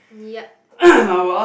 yup